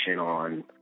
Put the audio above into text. on